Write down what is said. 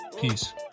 Peace